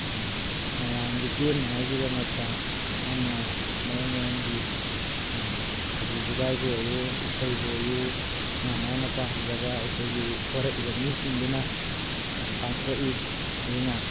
ꯃꯌꯥꯝꯒꯤ ꯄꯦꯟꯅꯉꯥꯏꯒꯤꯗꯃꯛꯇ ꯑꯃ ꯃꯑꯣꯡ ꯃꯑꯣꯡꯒꯤ ꯐꯥꯒꯤ ꯖꯨꯒꯥꯏꯕꯨ ꯑꯣꯏꯌꯨ ꯏꯁꯩꯕꯨ ꯑꯣꯏꯌꯨ ꯃꯥ ꯃꯥꯅ ꯄꯥꯝꯖꯕ ꯑꯩꯈꯣꯏꯒꯤ ꯊꯣꯔꯛꯏꯕ ꯃꯤꯁꯤꯡꯗꯨꯅ ꯄꯥꯡꯊꯣꯛꯏ ꯑꯗꯨꯅ